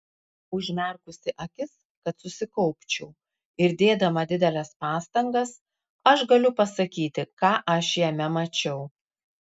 užmerkusi akis kad susikaupčiau ir dėdama dideles pastangas aš galiu pasakyti ką aš jame mačiau